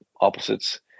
opposites